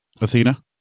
Athena